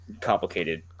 complicated